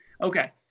okay